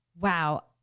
wow